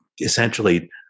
essentially